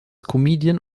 comedian